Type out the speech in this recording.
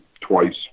twice